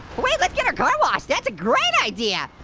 wait let's get our car washed, that's a great idea!